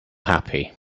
happy